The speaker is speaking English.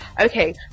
Okay